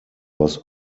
was